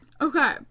Okay